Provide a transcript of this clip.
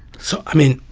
so, i mean,